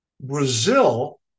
Brazil